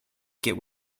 get